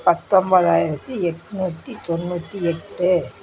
பத்தொம்பதாயிரத்தி எண்ணூத்தி தொண்ணூற்றி எட்டு